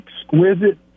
exquisite